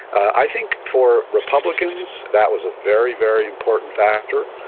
i think for republicans that was a very, very important factor.